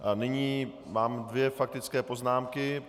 A nyní mám dvě faktické poznámky.